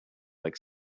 like